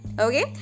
Okay